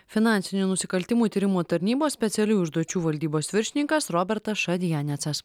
finansinių nusikaltimų tyrimo tarnybos specialiųjų užduočių valdybos viršininkas robertas šadianecas